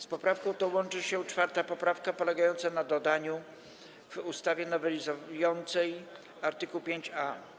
Z poprawką tą łączy się 4. poprawka polegająca na dodaniu w ustawie nowelizującej art. 5a.